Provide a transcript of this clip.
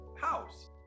house